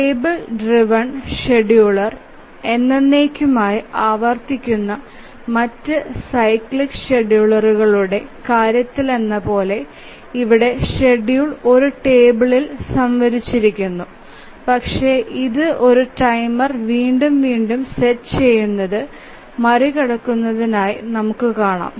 table driven scheduler എന്നെന്നേക്കുമായി ആവർത്തിക്കുന്ന മറ്റ് സൈക്ലിക് ഷെഡ്യൂളറുകളുടെ കാര്യത്തിലെന്നപോലെ ഇവിടെ ഷെഡ്യൂൾ ഒരു ടേബിൾ സംഭരിച്ചിരിക്കുന്നു പക്ഷേ ഇത് ഒരു ടൈമർ വീണ്ടും വീണ്ടും സെറ്റ് ചെയുനതു മറികടക്കുന്നതായി നമുക്ക് കാണും